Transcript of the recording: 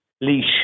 Leash